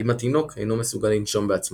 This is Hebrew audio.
מעין עריסה סגורה שתפקידה הוא לדמות ככל שניתן